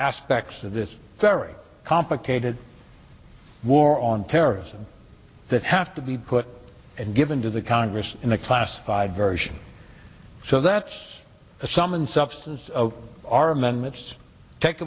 aspects of this very complicated war on terrorism that have to be put and given to the congress in a classified version so that's the sum and substance of our amendments take